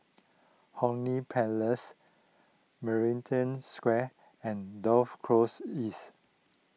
Hong Lee Place Maritime Square and Dover Close East